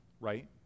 right